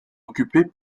occupés